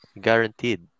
Guaranteed